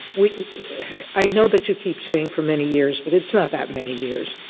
we i know that you keep saying for many years, but it's not that many years.